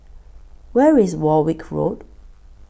Where IS Warwick Road